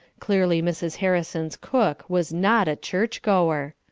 clearly mrs. harrison's cook was not a church-goer.